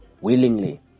willingly